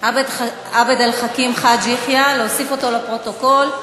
עבד אל חכים חאג' יחיא, להוסיף אותו לפרוטוקול.